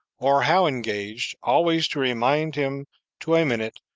or how engaged, always to remind him to a minute,